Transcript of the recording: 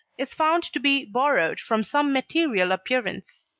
is found to be borrowed from some material appearance.